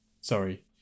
sorry